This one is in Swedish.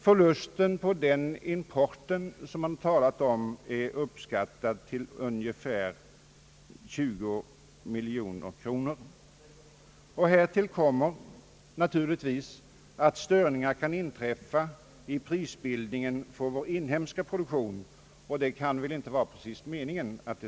Förlusten på denna import har uppskattats till ungefär 20 miljoner kronor. Härtill kommer att störningar kan inträffa i prisbildningen för vår inhemska produktion, och det kan väl inte vara meningen.